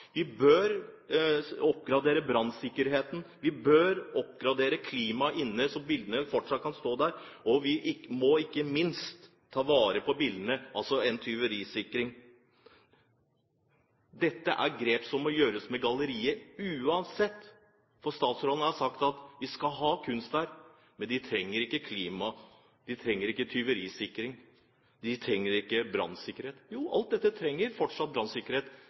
Vi bør oppgradere brannsikkerheten, vi bør oppgradere klimaet inne så bildene fortsatt kan stå der, og vi må ikke minst ta vare på bildene – altså tyverisikring. Dette er grep som må gjøres med galleriet uansett. Statsråden har sagt at vi skal ha kunst der, men man trenger ikke oppgradering av klimaet, man trenger ikke tyverisikring, og man trenger ikke brannsikkerhet. Jo, man trenger fortsatt brannsikkerhet.